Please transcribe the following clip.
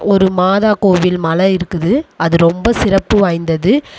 ஒரு மாதா கோவில் மலை இருக்குது அது ரொம்ப சிறப்பு வாய்ந்தது